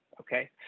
Okay